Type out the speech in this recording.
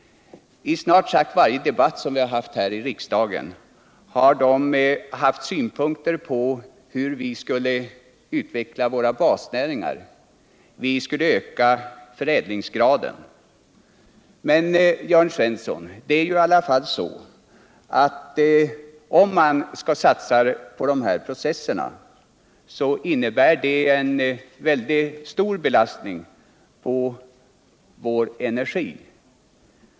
I snart sagt varje debatt som vi haft här i riksdagen har vpk framfört synpunkter på hur vi skall utveckla våra basnäringar, och de har föreslagit att vi bör öka förädlingsgraden. Men. Jörn Svensson, om man satsar på dessa processer, innebär detta en väldigt stor belastning på vår energi.